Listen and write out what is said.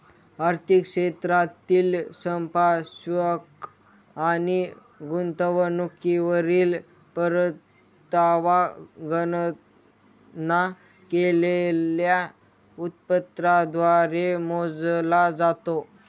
आर्थिक क्षेत्रातील संपार्श्विक आणि गुंतवणुकीवरील परतावा गणना केलेल्या उत्पन्नाद्वारे मोजला जातो